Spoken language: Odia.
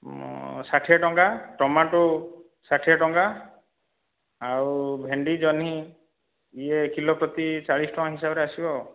ଷାଠିଏ ଟଙ୍କା ଟମାଟୋ ଷାଠିଏ ଟଙ୍କା ଆଉ ଭେଣ୍ଡି ଜହ୍ନି ଇଏ କିଲୋ ପ୍ରତି ଚାଳିଶ ଟଙ୍କା ହିସାବରେ ଆସିବ ଆଉ